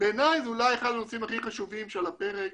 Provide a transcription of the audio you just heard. בעיני זה אולי אחד הנושאים הכי חשובים שעל הפרק